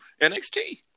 NXT